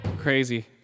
Crazy